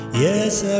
yes